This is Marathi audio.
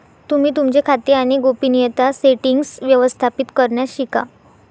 तुम्ही तुमचे खाते आणि गोपनीयता सेटीन्ग्स व्यवस्थापित करण्यास शिका